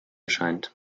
scheint